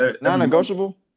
Non-negotiable